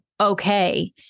Okay